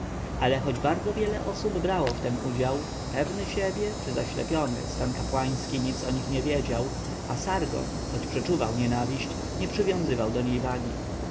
ale choć bardzo wiele osób brało w tem udział pewny siebie czy zaślepiony stan kapłański nic o nich nie wiedział a sargon choć przeczuwał nienawiść nie przywiązywał do niej wagi